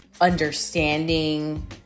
understanding